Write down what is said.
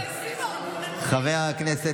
אינה נוכחת, חברת הכנסת